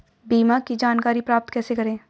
बीमा की जानकारी प्राप्त कैसे करें?